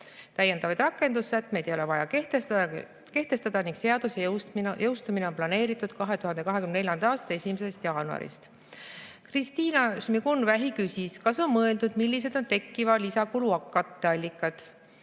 Täiendavaid rakendussätteid ei ole vaja kehtestada. Seaduse jõustumine on planeeritud 2024. aasta 1. jaanuariks. Kristina Šmigun‑Vähi küsis, kas on mõeldud, millised on tekkiva lisakulu katteallikad.